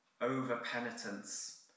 over-penitence